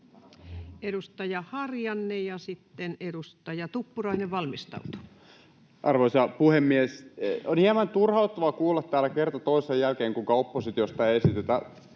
eduskunnalle annettavista esityksistä Time: 16:23 Content: Arvoisa puhemies! On hieman turhauttavaa kuulla täällä kerta toisensa jälkeen, kuinka oppositiosta ei esitetä